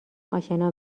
آشنا